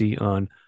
on